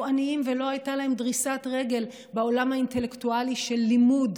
עניים ולא הייתה להם דריסת רגל בעולם האינטלקטואלי של לימוד.